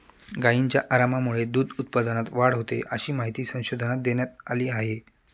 गायींच्या आरामामुळे दूध उत्पादनात वाढ होते, अशी माहिती संशोधनात देण्यात आली आहे